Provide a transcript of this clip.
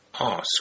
ask